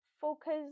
Focus